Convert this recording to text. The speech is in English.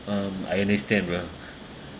um I understand bro